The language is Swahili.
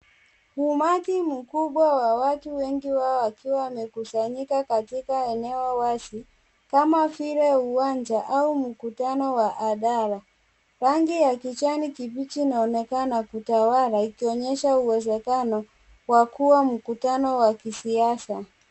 Umati mkubwa wa watu wengi wakiwa wamekusanyika katika eneo wazi kama vile uwanja au mkutano wa hadhari, rangi ya kijani kibichi inaonekana kutawala ikionyesha uwezekano wa kuwa mkutano wa kisiasa.